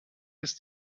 ist